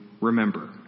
remember